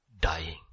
dying